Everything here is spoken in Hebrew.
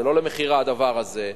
כי זה לא למכירה הדבר הזה.